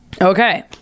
okay